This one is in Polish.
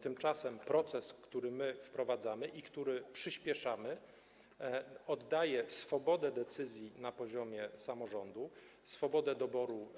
Tymczasem proces, który my wprowadzamy i który przyspieszamy, daje swobodę w podjęciu decyzji na poziomie samorządu, swobodę doboru